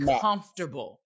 comfortable